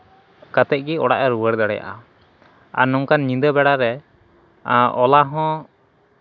ᱠᱟᱛᱮᱫ ᱜᱮ ᱚᱲᱟᱜ ᱮ ᱨᱩᱣᱟᱹᱲ ᱫᱟᱲᱮᱜᱼᱟ ᱟᱨ ᱱᱚᱝᱠᱟᱱ ᱧᱤᱫᱟᱹ ᱵᱮᱲᱟᱨᱮ ᱳᱞᱟ ᱦᱚᱸ